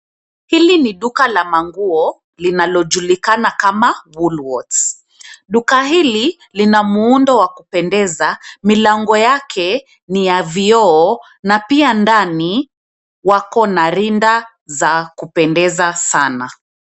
Hili ni duka la manguo linalojulikana kama Woolworths. Duka hili lina muundo wa kupendeza, milango yake ni ya vioo na pia ndani wako na rinda za kupendeza sana.